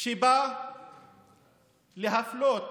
שבא להפלות